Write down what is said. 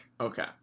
Okay